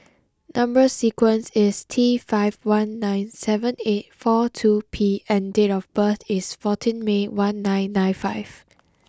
number sequence is T five one nine seven eight four two P and date of birth is fourteen May one nine nine five